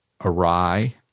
awry